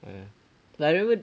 ah like I never